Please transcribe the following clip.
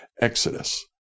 Exodus